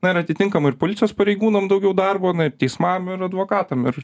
na ir atitinkamai ir policijos pareigūnam daugiau darbo teismam ir advokatam ir